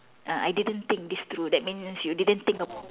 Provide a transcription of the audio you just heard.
ah I didn't think this through that means you didn't think ab~